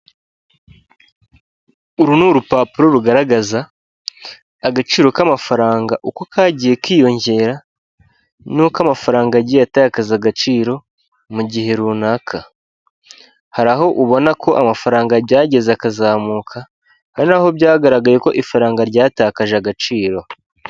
Uru ni urupapuro rugaragaza agaciro k'amafaranga uko kagiye kiyongera n'uko amafaranga yagiye atakaza agaciro mu gihe runaka. Hari aho ubona ko amafaranga agerageza akazamuka, hari naho byagaragaye ko ifaranga ryatakaje agaciro..